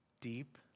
Deep